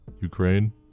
Ukraine